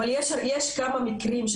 אבל יש כמה מקרים,